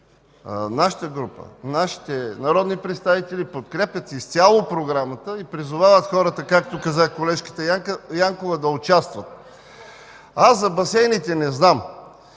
нашата група, нашите народни представители подкрепят изцяло програмата и призовават хората, както каза колежката Янкова, да участват. Аз за басейните не знам,